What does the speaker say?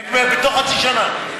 הן בתוך חצי שנה.